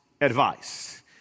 advice